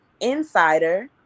insider